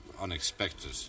unexpected